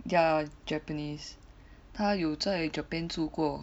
ya japanese 她有着 Japan 住过